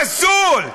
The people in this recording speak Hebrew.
פסול.